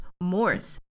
Morse